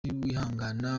wihangana